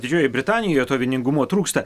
didžiojoj britanijoj to vieningumo trūksta